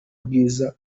bwiza